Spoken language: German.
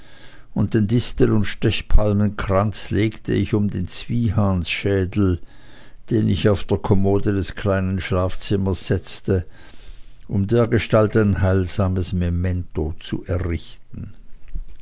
und den distel und stechpalmenkranz legte ich um den zwiehansschädel den ich auf die kommode des kleinen schlafzimmers setzte um dergestalt ein heilsames memento zu errichten